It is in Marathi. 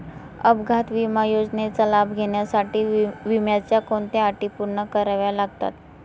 अपघात विमा योजनेचा लाभ घेण्यासाठी विम्याच्या कोणत्या अटी पूर्ण कराव्या लागतात?